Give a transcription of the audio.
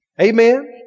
Amen